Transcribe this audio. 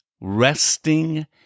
resting